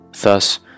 Thus